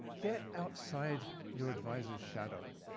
get outside your advisor's shadow.